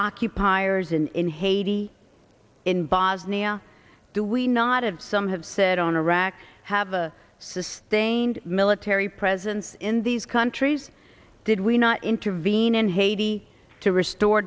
occupiers in in haiti in bosnia do we not have some have said on iraq have a sustained military presence in these countries did we not intervene in haiti to restore